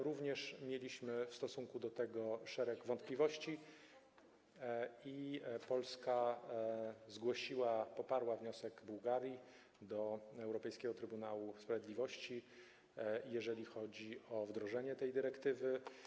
również mieliśmy w stosunku do tego szereg wątpliwości i Polska poparła wniosek Bułgarii do Europejskiego Trybunału Sprawiedliwości, jeżeli chodzi o wdrożenie tej dyrektywy.